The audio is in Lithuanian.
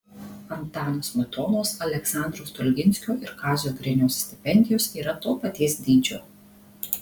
antano smetonos aleksandro stulginskio ir kazio griniaus stipendijos yra to paties dydžio